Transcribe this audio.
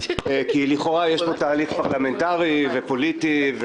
לכאורה יש פה תהליך פרלמנטרי ופוליטי,